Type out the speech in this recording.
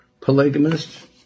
polygamist